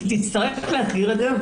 היא תצטרך להסביר את זה,